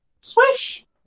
Swish